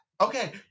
Okay